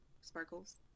sparkles